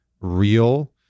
real